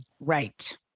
Right